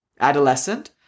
adolescent